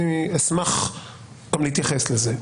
אני אשמח להתייחס לזה.